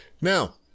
now